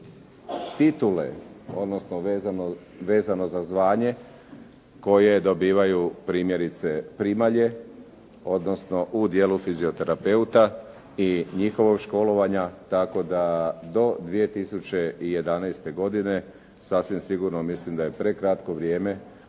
titule, odnosno vezano za zvanje koje dobivaju primjerice primalje, odnosno u dijelu fizioterapeuta i njihovog školovanja, tako da do 2011. godine sasvim sigurno mislim da je prekratko vrijeme